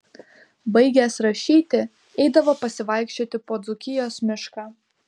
baigęs rašyti eidavo pasivaikščioti po dzūkijos mišką